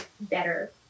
better